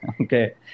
Okay